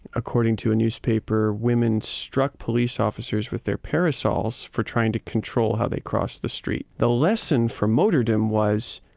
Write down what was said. according to a newspaper, women struck police officers with their parasols for trying to control how they crossed the street. the lesson for motordom was,